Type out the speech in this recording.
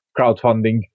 crowdfunding